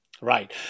Right